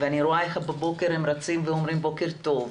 ואני רואה איך בבוקר הם רצים ואומרים בוקר טוב,